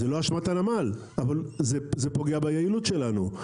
זה לא אשמת הנמל, אבל זה פוגע ביעילות שלנו.